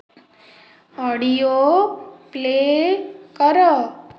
audio play କର